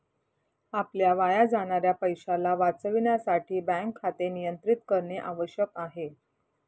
आपल्या वाया जाणाऱ्या पैशाला वाचविण्यासाठी बँक खाते नियंत्रित करणे आवश्यक आहे